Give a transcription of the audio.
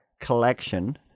collection